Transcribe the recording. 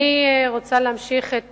אני רוצה להמשיך את